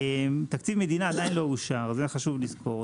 תקציב המדינה עדיין לא אושר, ואת זה חשוב לזכור.